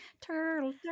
turtle